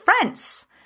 friends